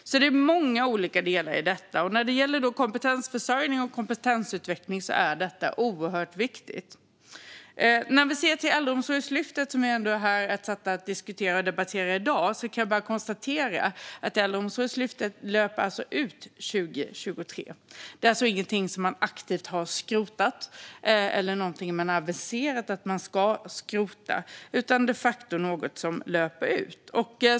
Det finns alltså många olika delar i det här, och när det gäller kompetensförsörjning och kompetensutveckling är detta oerhört viktigt. När det gäller Äldreomsorgslyftet, som är det vi är här för att diskutera och debattera i dag, kan jag konstatera att det löper ut 2023. Det är alltså ingenting som man aktivt har skrotat eller aviserat att man ska skrota, utan det är de facto någonting som löper ut.